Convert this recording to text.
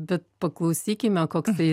bet paklausykime koksai